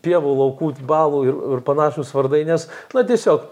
pievų laukų balų ir ir panašūs vardai nes na tiesiog